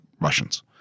Russians